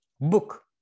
Book